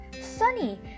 Sunny